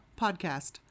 podcast